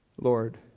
Lord